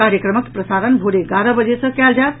कार्यक्रमक प्रसारण भोरे एगारह बजे सँ कयल जायत